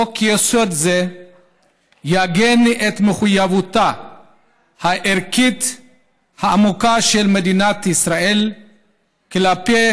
חוק-יסוד זה יעגן את מחויבותה הערכית העמוקה של מדינת ישראל כלפי